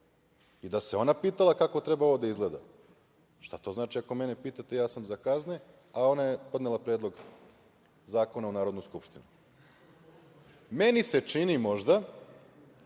i da se ona pita kako treba ovo da izgleda. Šta to znači „ako mene pitate, ja sam za kazne“, a ona je podnela predlog zakona u Narodnu skupštinu? Meni se čini, možda,